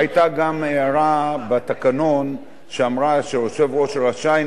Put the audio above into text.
היתה גם הערה בתקנון שאמרה שיושב-ראש רשאי,